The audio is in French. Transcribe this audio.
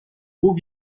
beaux